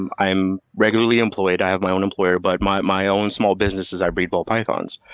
i'm i'm regularly employed, i have my own employer but my my own small business is i breed ball pythons.